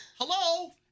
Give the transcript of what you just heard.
Hello